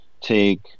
take